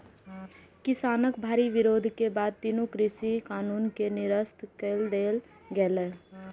किसानक भारी विरोध के बाद तीनू कृषि कानून कें निरस्त कए देल गेलै